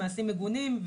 מעשים מגונים,